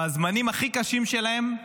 בזמנים הכי קשים שלהם,